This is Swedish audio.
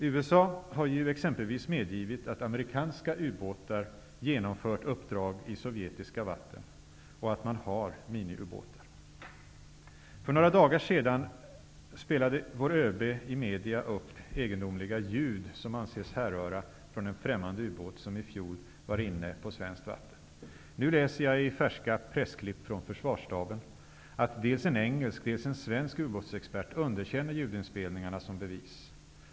USA har ju exempelvis medgivit att amerikanska ubåtar genomfört uppdrag i sovjetiska vatten och att man har miniubåtar. För några dagar sedan spelade vår ÖB i media upp egendomliga ljud som anses härröra från en främmande ubåt som i fjol var inne på svenskt vatten. Nu läser jag i färska pressklipp från Försvarsstaben att dels en engelsk, dels en svensk ubåtsexpert underkänner ljudinspelningen som bevis.